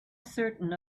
certain